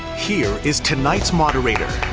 here is tonight's moderator,